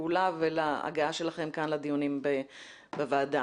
הפעולה ולהגעה שלכם לדיונים כאן בוועדה